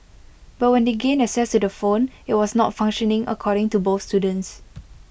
but when they gained access to the phone IT was not functioning according to both students